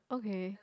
okay